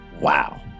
wow